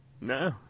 No